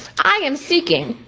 i am seeking,